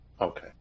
Okay